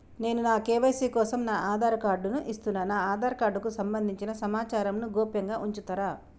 నేను నా కే.వై.సీ కోసం నా ఆధార్ కార్డు ను ఇస్తున్నా నా ఆధార్ కార్డుకు సంబంధించిన సమాచారంను గోప్యంగా ఉంచుతరా?